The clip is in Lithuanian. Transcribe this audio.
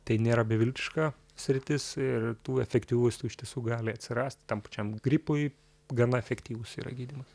tai nėra beviltiška sritis ir tų efektyvių vaistų iš tiesų gali atsirasti tam pačiam gripui gana efektyvus yra gydymas